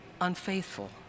unfaithful